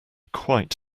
quite